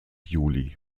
juli